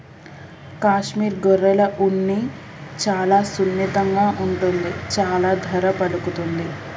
కాశ్మీర్ గొర్రెల ఉన్ని చాలా సున్నితంగా ఉంటుంది చాలా ధర పలుకుతుంది